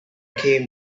came